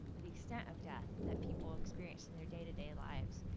the extent of death that people experience in their day-to-day lives.